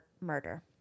murder